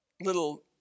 little